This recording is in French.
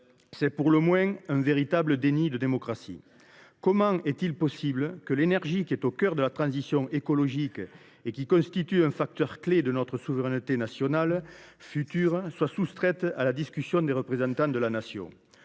il s’agit là d’un véritable déni de démocratie. Comment est il possible que l’énergie, pourtant au cœur de la transition écologique, facteur clé de notre souveraineté nationale future, soit ainsi soustraite à la discussion des représentants de la Nation ?